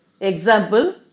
Example